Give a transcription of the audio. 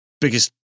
biggest